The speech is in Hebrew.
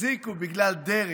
החזיקו בגלל דרך,